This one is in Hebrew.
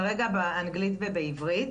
כרגע, באנגלית ובעברית.